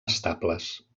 estables